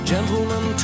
Gentlemen